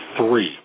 three